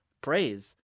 praise